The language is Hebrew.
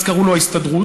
אז קראו לו ההסתדרות.